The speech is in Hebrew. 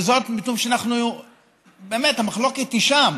וזאת משום שבאמת המחלוקת היא שם.